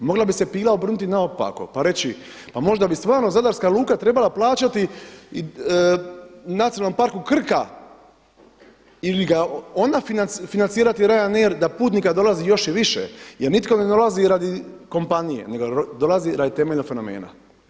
Mogla bi se pila obrnuti naopako pa reći, pa možda bi stvarno Zadarska luka trebala plaćati Nacionalnom parku Krka ili ga ona financirati Ryanair da putnika dolazi još i više jer nitko ne dolazi radi kompanije nego dolazi radi temeljenog fenomena.